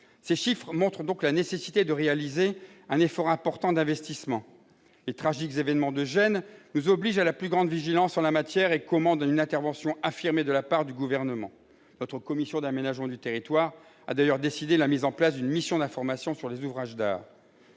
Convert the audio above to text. Ces chiffres montrent la nécessité de réaliser un important effort d'investissements. Les tragiques événements de Gênes nous obligent à la plus grande vigilance en la matière et commandent une intervention affirmée de la part du Gouvernement. Notre commission de l'aménagement du territoire a d'ailleurs décidé la mise en place d'une mission d'information sur les ouvrages d'art.